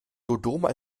dodoma